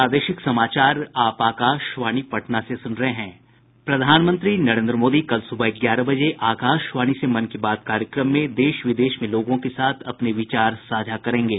प्रधानमंत्री नरेन्द्र मोदी कल सुबह ग्यारह बजे आकाशवाणी से मन की बात कार्यक्रम में देश विदेश में लोगों के साथ अपने विचार साझा करेंगे